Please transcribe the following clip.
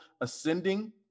ascending